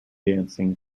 dancing